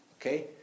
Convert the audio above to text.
Okay